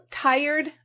tired